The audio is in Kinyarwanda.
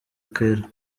kera